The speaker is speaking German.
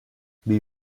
wie